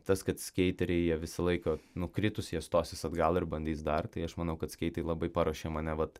tas kad skeiteriai jie visą laiką nukritus jie stosis atgal ir bandys dar tai aš manau kad skeitai labai paruošė mane vat